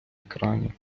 екрані